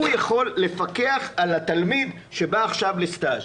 הוא יכול לפקח על התלמיד שבא עכשיו לסטאז'.